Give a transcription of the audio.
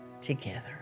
together